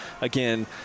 again